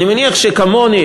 אני מניח שכמוני,